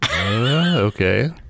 Okay